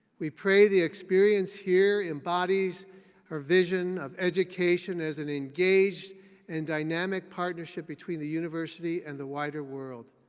we pray the experience here embodies our vision of education as an engaged and dynamic partnership between the university and the wider world.